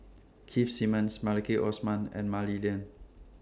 Keith Simmons Maliki Osman and Mah Li Lian